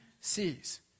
sees